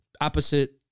opposite